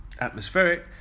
atmospheric